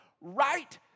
right